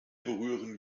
berühren